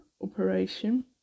operation